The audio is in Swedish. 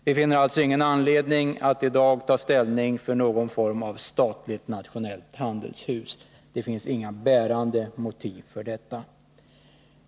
Vi finner alltså ingen anledning att i dag ta ställning till någon form av statligt nationellt handelshus. Det finns inga bärande motiv för ett sådant.